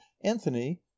Anthony